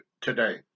today